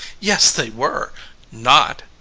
yes, they were not!